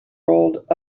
rolled